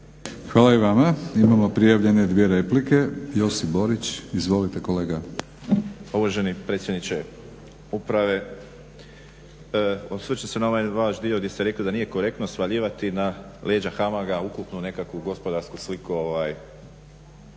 Hvala i vama. Imamo prijavljene dvije replike. Josip Borić. Izvolite kolega. **Borić, Josip (HDZ)** Uvaženi predsjedniče uprave osvrnut ću se na ovaj vaš dio gdje ste rekli da nije korektno svaljivati na leđa HAMAG-a ukupnu nekakvu gospodarsku sliku